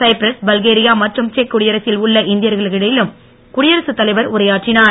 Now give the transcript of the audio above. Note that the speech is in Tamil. சைப்ரஸ் பல்கேரியா மற்றும் செக் குடியரசில் உள்ள இந்தியர்களிடையிலும் குடியரசுத் தலைவர் உரையாற்றினார்